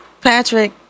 Patrick